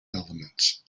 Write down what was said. elements